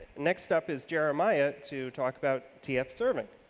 next up is jeremiah to talk about tf serving.